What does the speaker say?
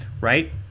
right